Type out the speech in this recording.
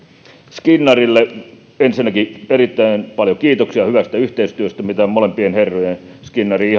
skinnarille ensinnäkin erittäin paljon kiitoksia hyvästä yhteistyöstä mitä on molempien herrojen skinnarin